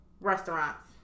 Restaurants